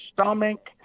stomach